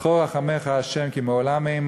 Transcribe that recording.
זכור רחמיך, ה', וחסדיך, כי מעולם המה.